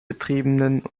betriebenen